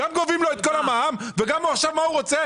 גם גובים לו את כל המע"מ ועכשיו מה הוא רוצה?